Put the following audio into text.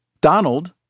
Donald